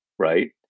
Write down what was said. Right